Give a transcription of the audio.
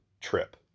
trip